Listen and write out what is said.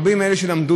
רבים מאלה שלמדו,